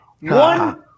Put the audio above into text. One